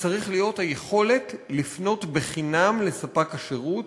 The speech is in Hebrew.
צריך להיות היכולת לפנות בחינם לספק השירות,